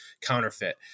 counterfeit